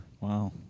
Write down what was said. Wow